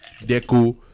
Deco